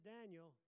Daniel